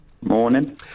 Morning